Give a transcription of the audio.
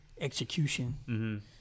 execution